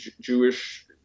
Jewish